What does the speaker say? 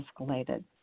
escalated